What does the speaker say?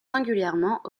singulièrement